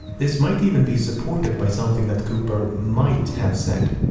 this might even be supported by something that cooper might have said.